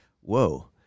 Whoa